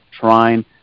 trying